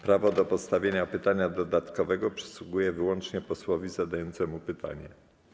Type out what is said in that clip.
Prawo do postawienia pytania dodatkowego przysługuje wyłącznie posłowi zadającemu pytanie.